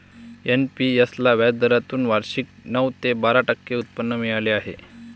NPS ला व्याजदरातून वार्षिक नऊ ते बारा टक्के उत्पन्न मिळाले आहे